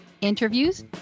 interviews